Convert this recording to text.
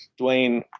Dwayne